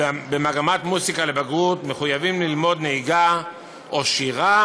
במגמת מוזיקה לבגרות, מחויבים ללמוד נגינה או שירה